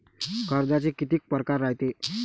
कर्जाचे कितीक परकार रायते?